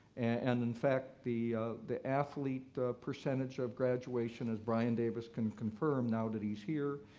and in fact, the the athlete percentage of graduation, as brian davis can confirm now that he's here,